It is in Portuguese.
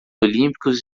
olímpicos